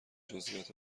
جزییات